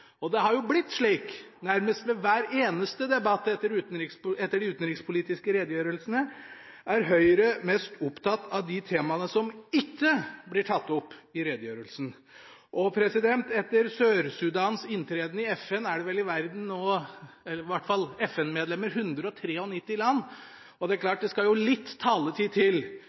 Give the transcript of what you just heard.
og utfordringer. Likevel fokuserer Høyres representanter mest på det utenriksministeren ikke tok opp i redegjørelsen sin. Det har jo blitt slik – nærmest ved hver eneste debatt etter de utenrikspolitiske redegjørelsene – at Høyre er mest opptatt av de temaene som ikke blir tatt opp i redegjørelsen. Etter Sør-Sudans inntreden er det vel 193 land med i FN, og det er klart at det skal til litt taletid